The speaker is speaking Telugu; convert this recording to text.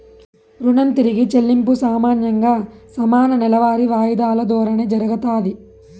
రుణం తిరిగి చెల్లింపు సామాన్యంగా సమాన నెలవారీ వాయిదాలు దోరానే జరగతాది